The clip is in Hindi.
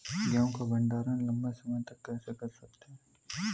गेहूँ का भण्डारण लंबे समय तक कैसे कर सकते हैं?